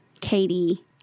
Katie